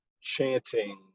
chanting